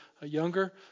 younger